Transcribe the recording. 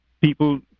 People